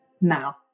now